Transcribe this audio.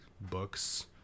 books